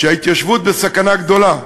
שההתיישבות בסכנה גדולה,